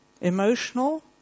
emotional